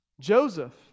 Joseph